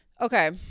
Okay